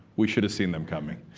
we should've seen them coming.